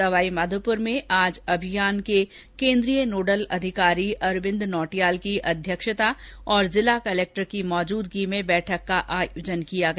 सवाई माधोपूर में आज अभियान के केन्द्रीय नोडल अधिकारी अरविंद नौटियाल की अध्यक्षता और जिला कलेक्टर की उपस्थिति में बैठक का आयोजन किया गया